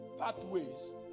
pathways